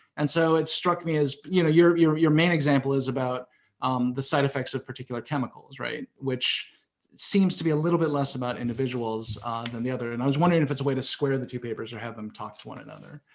and so, it struck me as you know your your main example is about the side effects of particular chemicals, right? which seems to be a little bit less about individuals than the other. and i was wondering if it's a way to square the two papers or have them talk to one another.